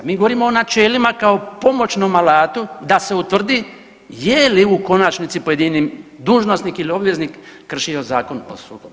Mi govorimo o načelima kao pomoćnom alatu da se utvrdi je li u konačnici pojedini dužnosnik ili obveznik kršio Zakon o sudovima.